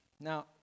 Now